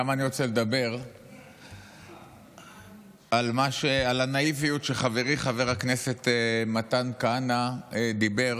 אני רוצה לדבר על הנאיביות של חברי חבר הכנסת מתן כהנא כאשר הוא דיבר